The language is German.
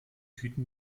hüten